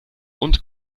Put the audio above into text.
und